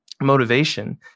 motivation